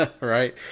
right